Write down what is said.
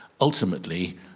ultimately